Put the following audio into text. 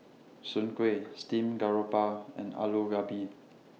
Soon Kway Steamed Garoupa and Aloo Gobi